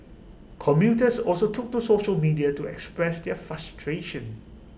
commuters also took to social media to express their frustration